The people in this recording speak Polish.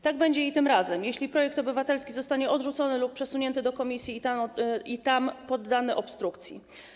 Tak będzie i tym razem, jeśli projekt obywatelski zostanie odrzucony lub przesunięty do komisji i tam poddany obstrukcji.